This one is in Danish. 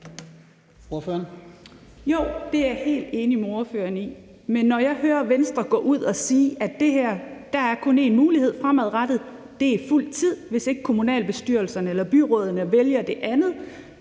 Jo, det er jeg helt enig med ordføreren i, men når jeg hører Venstre gå ud at sige, at her er der kun en mulighed fremadrettet, og at det er fuld tid, hvis ikke kommunalbestyrelserne eller byrådene vælger det andet,